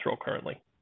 currently